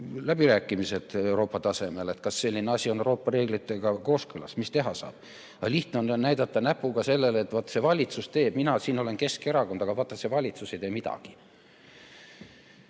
läbirääkimised Euroopa tasemel, [kus mõeldakse,] kas selline asi on Euroopa reeglitega kooskõlas ja mis teha saab? Lihtne on ju näidata näpuga: vaat see valitsus teeb, mina siin olen Keskerakond, aga vaata, see valitsus ei tee midagi.